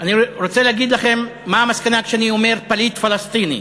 אני רוצה להגיד לכם מה המסקנה כאשר אני אומר "פליט פלסטיני".